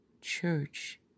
church